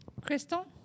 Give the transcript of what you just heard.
crystal